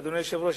ואדוני היושב-ראש,